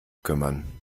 kümmern